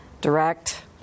direct